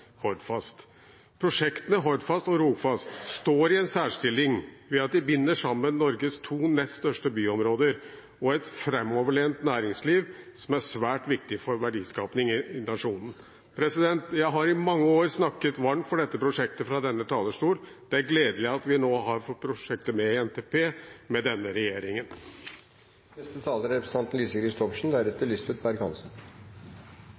Prosjektene Hordfast og Rogfast står i en særstilling ved at de binder sammen Norges to nest største byområder og et framoverlent næringsliv, som er svært viktig for verdiskapingen i nasjonen. Jeg har i mange år snakket varmt for dette prosjektet fra denne talerstolen. Det er gledelig at vi nå har fått prosjektet med i NTP med denne